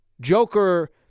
Joker